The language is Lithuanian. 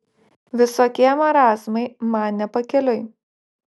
visokie marazmai man ne pakeliui